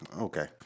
okay